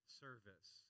service